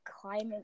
climate